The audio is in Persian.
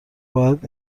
باید